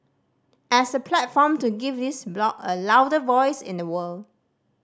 as a platform to give this bloc a louder voice in the world